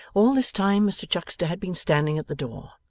all this time mr chuckster had been standing at the door,